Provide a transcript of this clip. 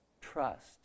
Trust